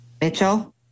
Mitchell